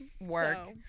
work